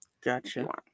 gotcha